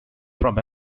from